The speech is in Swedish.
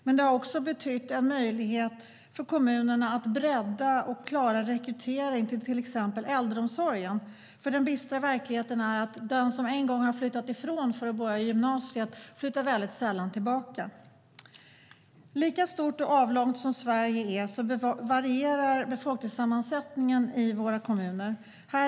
Men det har också betytt en möjlighet för kommunerna att bredda och klara rekryteringen exempelvis till äldreomsorgen, för den bistra verkligheten är att den som en gång flyttat från orten för att börja på gymnasiet sällan flyttar tillbaka. Lika stort och avlångt som Sverige är lika mycket varierar befolkningssammansättningen i våra kommuner.